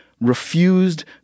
refused